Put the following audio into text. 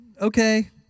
Okay